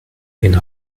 une